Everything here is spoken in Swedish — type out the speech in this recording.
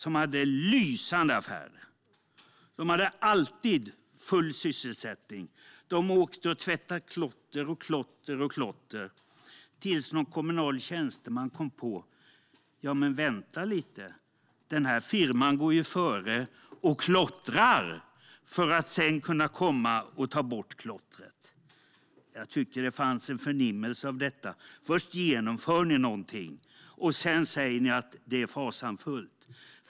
De gjorde lysande affärer och hade alltid full sysselsättning. De åkte oavbrutet ut och tvättade klotter - ända tills en kommunal tjänsteman kom på att firman gick före och klottrade för att sedan kunna komma och ta bort klottret. Jag tyckte att det fanns en förnimmelse av detta i ditt tal, Larry Söder. Först genomför ni något, och sedan säger ni att det är fasansfullt.